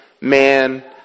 man